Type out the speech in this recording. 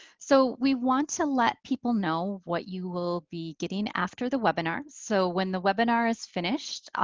so we want to let people know what you will be getting after the webinar. so when the webinar is finished,